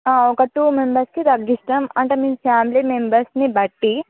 ఒక టూ మెంబెర్స్కి తగ్గిస్తాం అంటే మీ ఫ్యామిలీ మెంబెర్స్ని బట్టి